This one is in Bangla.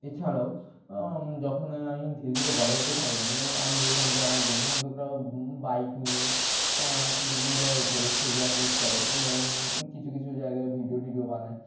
এছাড়াও যখন আমি ধীরে ধীরে বড় হতে থাকলাম এ আমি দেখলাম যে আমার বন্ধুবান্ধবরাও বাইক নিয়ে বিভিন্ন জায়গায় ঘোরে ছবি আপলোড করে এবং কিছু কিছু জায়গায় ভিডিও টিডিও বানায়